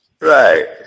Right